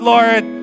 Lord